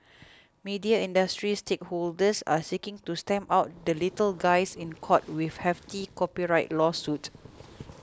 media industry stakeholders are seeking to stamp out the little guys in court with hefty copyright lawsuit